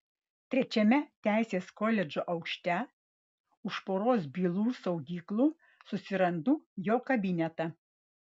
trečiame teisės koledžo aukšte už poros bylų saugyklų susirandu jo kabinetą